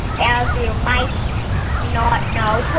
as you might not know,